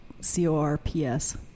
C-O-R-P-S